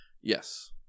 Yes